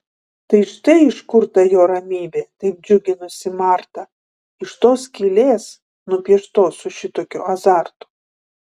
tai štai iš kur ta jo ramybė taip džiuginusi martą iš tos skylės nupieštos su šitokiu azartu